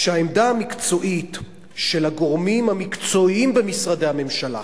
שהעמדה המקצועית של הגורמים המקצועיים במשרדי הממשלה,